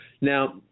Now